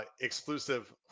exclusive